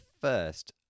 first